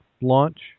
launch